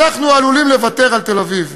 אנחנו עלולים לוותר על תל-אביב.